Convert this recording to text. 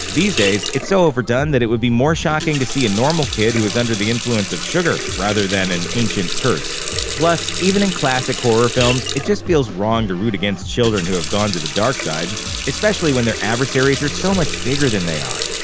these days, it's so overdone that it would be more shocking to see a normal kid who is under the influence of sugar, rather than an ancient curse. plus, even in classic horror films, it just feels wrong to root against children who have gone to the dark side especially when their adversaries are so much bigger than they are.